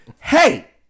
Hey